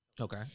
Okay